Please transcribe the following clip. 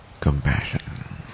compassion